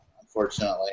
unfortunately